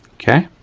okay.